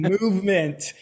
movement